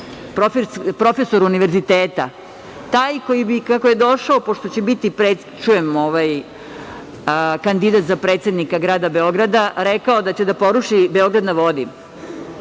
profesor Univerziteta, taj kada bi došao, pošto će biti, čujem, kandidat za predsednika grada Beograda, rekao je da će da poruši „Beograd na vodi“.